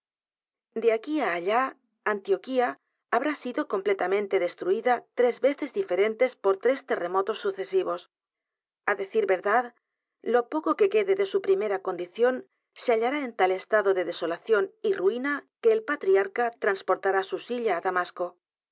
de aquí á allá antioquíahabrá sido completamente destruida tres veces diferentes por tres terremotos sucesivos á decir verdad lo poco que quede de su primera condición se hallará en tal estado de desolación y ruina que el patriarca transportará su silla á damasco